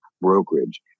brokerage